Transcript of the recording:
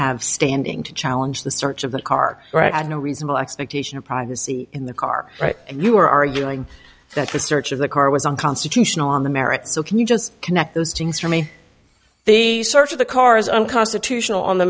have standing to challenge the search of the car right had no reasonable expectation of privacy in the car and you are arguing that the search of the car was unconstitutional on the merits so can you just connect those things for me the search of the car is unconstitutional on the